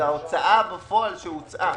זה ההוצאה בפועל שהוצאה.